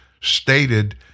stated